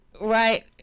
right